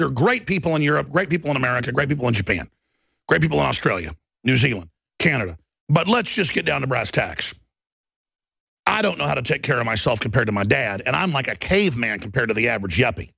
they're great people in europe right people in america great people in japan great people australia new zealand canada but let's just get down to brass tacks i don't know how to take care of myself compared to my dad and i'm like a caveman compared to the average